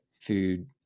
food